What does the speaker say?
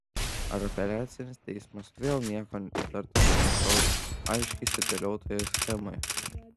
ar apeliacinis teismas vėl nieko įtartino neįžvelgs aiškiai sudėliotoje schemoje